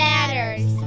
Matters